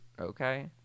okay